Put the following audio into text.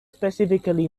specifically